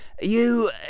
you